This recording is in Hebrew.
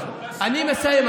אני מסיים.